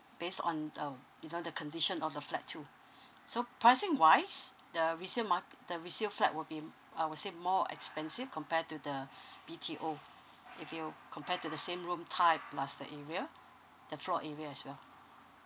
based on uh you know the condition of the flat too so pricing wise the resale mar~ the resale flat will be I will say more expensive compared to the B_T_O if you compare to the same room type plus the area the floor area as well